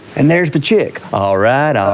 and there's the chick. all right,